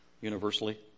universally